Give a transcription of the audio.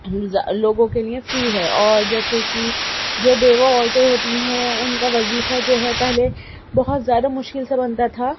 لوگوں کے لئے فری ہے اور جیسے کہ جو بیوہ عورتیں ہوتی ہیں ان کا وظیفہ جو ہے پہلے بہت زیادہ مشکل سے بنتا تھا